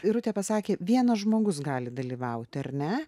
irutė pasakė vienas žmogus gali dalyvauti ar ne